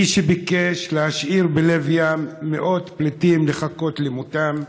מי שביקש להשאיר בלב ים מאות פליטים לחכות למותם,